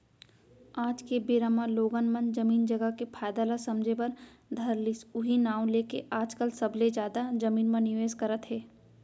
आज के बेरा म लोगन मन जमीन जघा के फायदा ल समझे बर धर लिस उहीं नांव लेके आजकल सबले जादा जमीन म निवेस करत हे